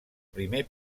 primer